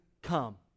Come